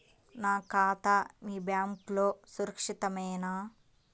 నా ఖాతా మీ బ్యాంక్లో సురక్షితమేనా?